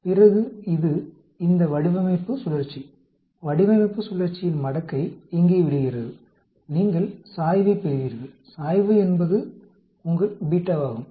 பிறகு இது இந்த வடிவமைப்பு சுழற்சி வடிவமைப்பு சுழற்சியின் மடக்கை இங்கே விழுகிறது நீங்கள் சாய்வைப் பெறுவீர்கள்சாய்வு என்பது உங்கள் β ஆகும்